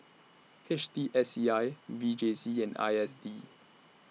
H T S E I V J C and I S D